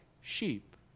sheep